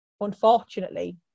unfortunately